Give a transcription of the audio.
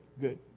good